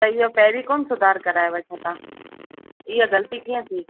त इहो पहिरीं कोन सुधार करायव छा तव्हां इहा ग़लती कीअं थी